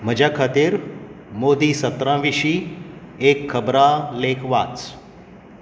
म्हज्या खातीर मोदी सत्रां विशीं एक खबरां लेख वाच